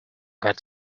got